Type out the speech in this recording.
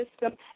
system